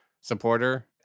supporter